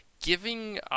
giving